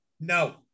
No